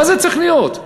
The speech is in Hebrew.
מה זה צריך להיות?